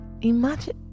Imagine